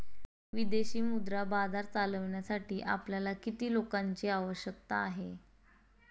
विदेशी मुद्रा बाजार चालविण्यासाठी आपल्याला किती लोकांची आवश्यकता आहे?